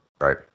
Right